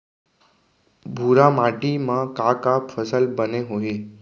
भूरा माटी मा का का फसल बने होही?